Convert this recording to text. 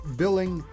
billing